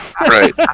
Right